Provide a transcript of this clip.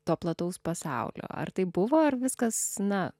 to plataus pasaulio ar tai buvo ar viskas na